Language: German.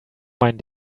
mein